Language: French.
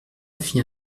fit